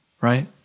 right